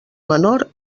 menor